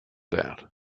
that